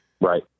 Right